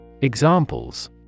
Examples